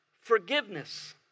forgiveness